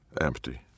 empty